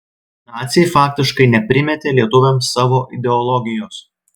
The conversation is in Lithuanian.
naciai faktiškai neprimetė lietuviams savo ideologijos